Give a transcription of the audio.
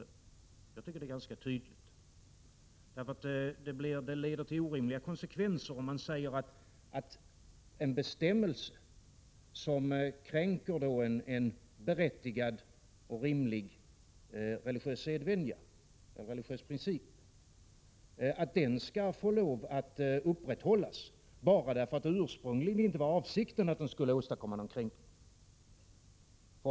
Jag tycker att det är ganska tydligt, för det leder till orimliga konsekvenser om man säger att en bestämmelse som kränker en berättigad och rimlig religiös sedvänja, en religiös princip, skall få bibehållas bara därför att det 19 ursprungligen inte var avsikten att bestämmelsen skulle leda till någon kränkning.